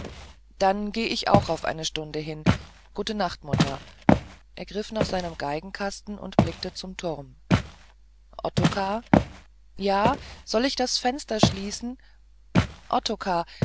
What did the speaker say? dann gehe ich auch auf eine stunde hin gute nacht mutter er griff nach seinem geigenkasten und blickte zum turm ottokar ja soll ich das fenster schließen ottokar